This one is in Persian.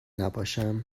نباشم